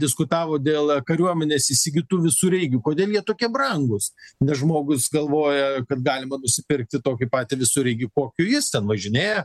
diskutavo dėl kariuomenės įsigytų visureigių kodėl jie tokie brangūs nes žmogus galvoja kad galima nusipirkti tokį patį visureigį kokiu jis ten važinėja